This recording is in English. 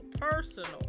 personal